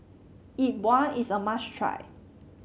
Yi Bua is a must try